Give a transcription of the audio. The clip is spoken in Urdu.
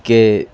کہ